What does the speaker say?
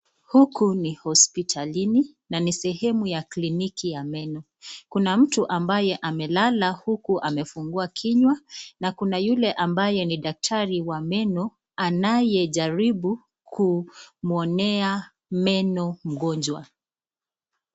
Huku ni hospitalini na ni sehemu ya kiliniki ya meno kuna mtu as mbaye amelala huku amefungua kinywa na yule ambaye ni daktari wa meno anayejaribu kumnea meno mgonjwa.